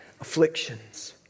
Afflictions